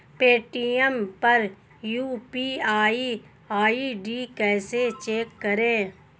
Paytm पर UPI ID कैसे check करें?